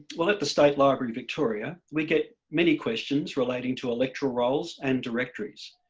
well, at the state library victoria, we get many questions relating to electoral rolls and directories.